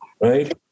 Right